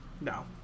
No